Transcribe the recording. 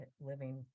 living